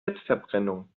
fettverbrennung